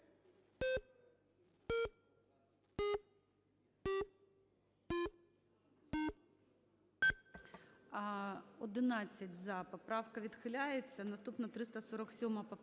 За-11 Поправка відхиляється. Наступна - 347 поправка.